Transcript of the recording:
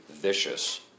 vicious